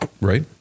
Right